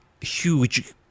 huge